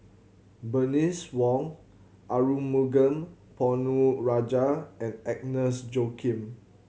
Bernice Wong Arumugam Ponnu Rajah and Agnes Joaquim